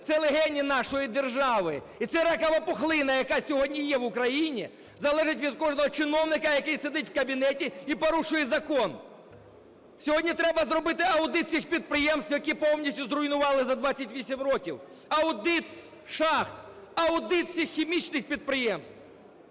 Це легені нашої держави і це ракова пухлина, яка сьогодні є в Україні, залежить від кожного чиновника, який сидить у кабінеті і порушує закон. Сьогодні треба зробити аудит всіх підприємств, які повністю зруйнували за 28 років, аудит шахт, аудит всіх хімічних підприємств,